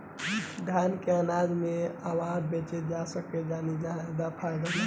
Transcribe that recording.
धान के अनाज के कहवा बेचल जा सकता जहाँ ज्यादा लाभ हो सके?